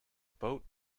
boat